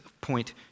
point